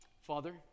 Father